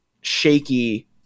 shaky